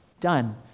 done